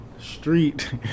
street